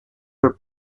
their